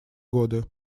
годы